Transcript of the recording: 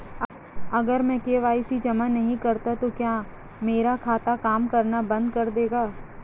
अगर मैं के.वाई.सी जमा नहीं करता तो क्या मेरा खाता काम करना बंद कर देगा?